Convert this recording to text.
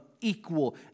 equal